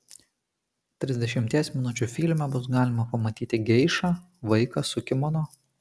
trisdešimties minučių filme bus galima pamatyti geišą vaiką su kimono